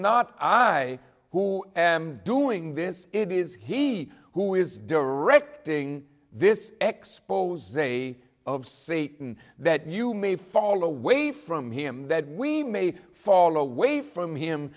not i who am doing this it is he who is directing this expos of satan that you may fall away from him that we may fall away from him